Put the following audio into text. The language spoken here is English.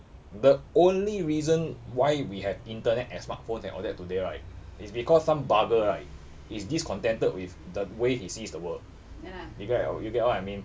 the only reason why we have internet and smartphones and all that today right is because some bugger right is discontented with the way he sees the world you get what I you get what I mean